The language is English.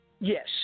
Yes